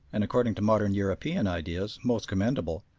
and, according to modern european ideas, most commendable,